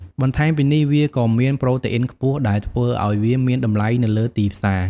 បន្ថែមពីនេះវាក៏មានប្រូតេអ៊ីនខ្ពស់ដែលធ្វើឲ្យវាមានតម្លៃនៅលើទីផ្សារ។